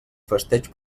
festeig